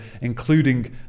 including